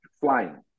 flying